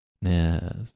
Yes